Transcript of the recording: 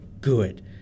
good